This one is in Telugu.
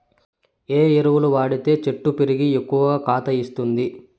ఏ ఎరువులు వాడితే చెట్టు పెరిగి ఎక్కువగా కాత ఇస్తుంది?